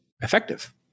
effective